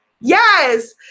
Yes